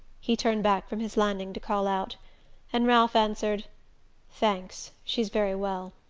he turned back from his landing to call out and ralph answered thanks she's very well.